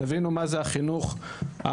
תבינו מה זה החינוך הפלסטיני